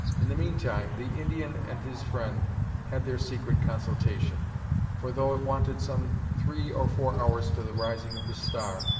in the mean time, the indian and his friend had their secret consultation for, though it wanted some three or four hours to the rising of the star,